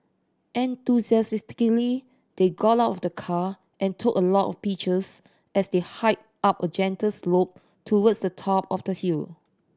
enthusiastically they got out of the car and took a lot of pictures as they hiked up a gentle slope towards the top of the hill